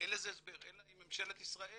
אין לזה הסבר אלא אם ממשלת ישראל